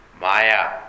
Maya